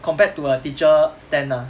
compared to a teacher stand lah